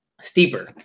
steeper